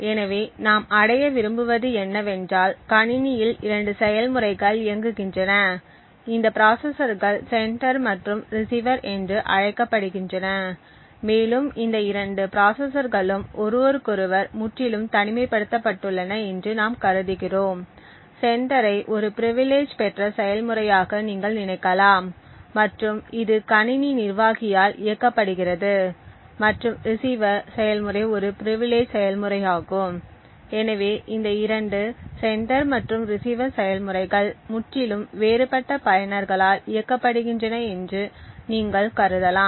எனவே நாம் அடைய விரும்புவது என்னவென்றால் கணிணியில் 2 செயல்முறைகள் இயங்குகின்றன இந்த ப்ராசசர்கள் செண்டர் மற்றும் ரிசீவர் என்று அழைக்கப்படுகின்றன மேலும் இந்த 2 ப்ராசசர்களும் ஒருவருக்கொருவர் முற்றிலும் தனிமைப்படுத்தப்பட்டுள்ளன என்று நாம் கருதுகிறோம் செண்டரை ஒரு பிரிவிலேஜ் பெற்ற செயல்முறையாக நீங்கள் நினைக்கலாம் மற்றும் இது கணினி நிர்வாகியால் இயக்கப்படுகிறது மற்றும் ரிசீவர் செயல்முறை ஒரு பிரிவிலேஜ் செயல்முறையாகும் எனவே இந்த 2 செண்டர் மற்றும் ரிசீவர் செயல்முறைகள் முற்றிலும் வேறுபட்ட பயனர்களால் இயக்கப்படுகின்றன என்றும் நீங்கள் கருதலாம்